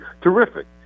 terrific